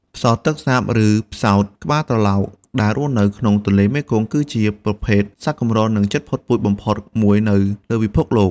ផ្សោតទឹកសាប ឬផ្សោតក្បាលត្រឡោក ដែលរស់នៅក្នុងទន្លេមេគង្គ គឺជាប្រភេទសត្វកម្រ និងជិតផុតពូជបំផុតមួយនៅលើពិភពលោក។